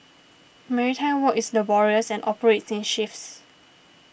maritime work is laborious and operates in shifts